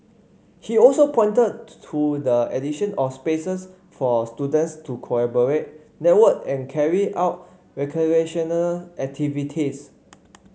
he also pointed to the addition of spaces for students to collaborate network and carry out recreational activities